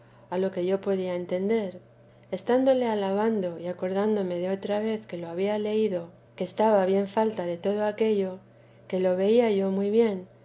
a lo que yo podía entender estándole alabando y acordándome de otra vez que lo había leído que estaba bien falta de todo aquello que lo veía yo muy bien